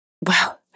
Wow